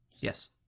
Yes